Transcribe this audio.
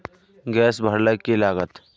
Gas भरले की लागत?